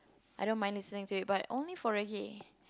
I don't mind listening to it but only for reggae